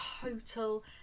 total